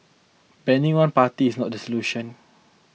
banning one party is not the solution